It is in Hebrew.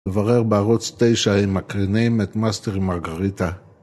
‫לברר בערוץ 9 אם מקרינים ‫את מאסטר ומרגריטה.